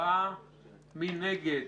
מי נגד?